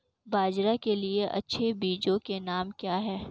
बाजरा के लिए अच्छे बीजों के नाम क्या हैं?